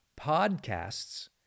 podcasts